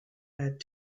had